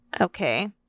Okay